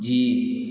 जी